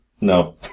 No